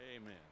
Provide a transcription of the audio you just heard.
Amen